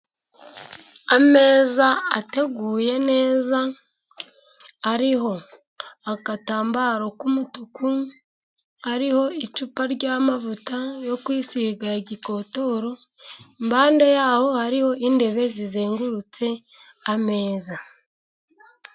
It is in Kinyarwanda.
Ameza ateguye neza, ariho agatambaro k'umutuku, ariho icupa ry'amavuta yo kwisiga ya gikotoro, impande yaho hariho intebe zizengurutse ameza.